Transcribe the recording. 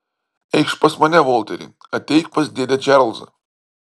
eikš pas mane volteri ateik pas dėdę čarlzą